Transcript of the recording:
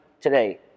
today